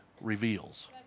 reveals